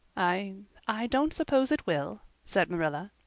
i i don't suppose it will, said marilla.